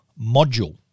module